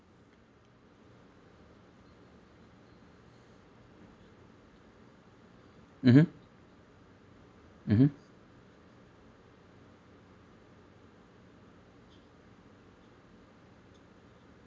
mmhmm mmhmm